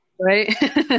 Right